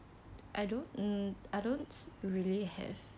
I don't mm I don't really have